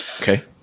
Okay